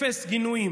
אפס גינויים